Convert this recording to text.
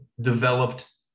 developed